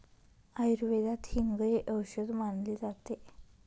आयुर्वेदात हिंग हे औषध मानले जाते